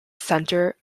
center